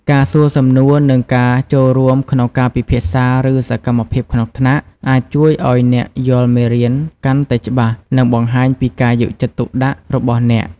ការសួរសំណួរ និងការចូលរួមក្នុងការពិភាក្សា ឬសកម្មភាពក្នុងថ្នាក់ អាចជួយឱ្យអ្នកយល់មេរៀនកាន់តែច្បាស់ និងបង្ហាញពីការយកចិត្តទុកដាក់របស់អ្នក។